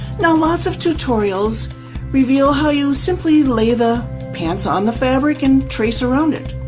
nlots of tutorials reveal how you simply lay the pants on the fabric and trace around it.